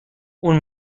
اون